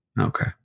Okay